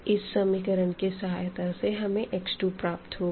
इस इक्वेशन की सहायता से हमें x 2 प्राप्त होगा